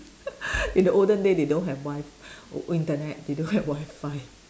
in the olden day they don't have Wi~ Internet they don't have wi-fi